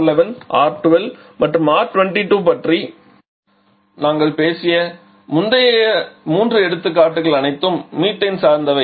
R11 R12 அல்லது R22 பற்றி நாங்கள் பேசிய முந்தைய மூன்று எடுத்துக்காட்டுகள் அனைத்தும் மீத்தேன் சார்ந்தவை